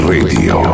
Radio